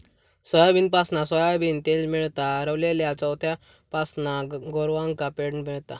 सोयाबीनपासना सोयाबीन तेल मेळता, रवलल्या चोथ्यापासना गोरवांका पेंड मेळता